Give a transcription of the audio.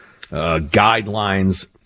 guidelines